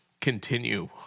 continue